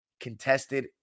Contested